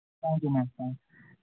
thank you ma'am thanks